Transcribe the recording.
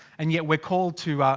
and yet we're called to. ah.